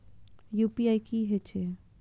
UPI की हेछे?